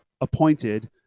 appointed